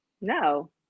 no